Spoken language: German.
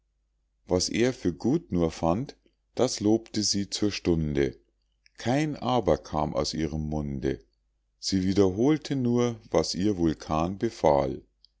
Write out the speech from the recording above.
was er für gut nur fand das lobte sie zur stunde kein aber kam aus ihrem munde sie wiederholte nur was ihr vulkan befahl